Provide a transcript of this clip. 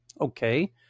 Okay